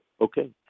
Okay